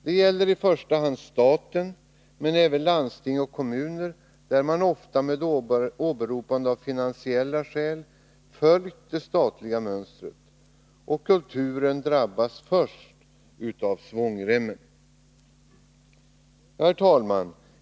Det gäller i första hand staten men även landstingen och kommunerna, där man ofta med åberopande av finansiella skäl följt det statliga mönstret. Kulturen drabbas först av ”svångremmen”. Herr talman!